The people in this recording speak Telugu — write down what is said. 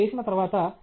చేసిన తర్వాత మీ Ph